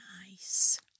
nice